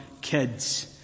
kids